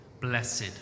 blessed